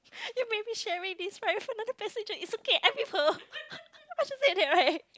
you made me share this ride with another passenger it's okay I'm with her I should say that right